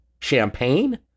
Champagne